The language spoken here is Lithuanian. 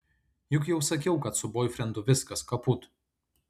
juk jau sakiau kad su boifrendu viskas kaput